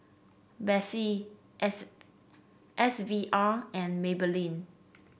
Betsy S S V R and Maybelline